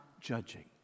judging